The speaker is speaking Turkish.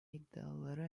iddiaları